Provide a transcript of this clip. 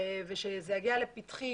כשזה יגיע לפתחי,